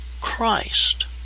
Christ